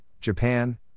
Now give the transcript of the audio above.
Japan